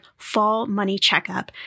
fallmoneycheckup